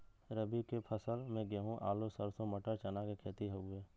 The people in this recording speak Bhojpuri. रबी के फसल में गेंहू, आलू, सरसों, मटर, चना के खेती हउवे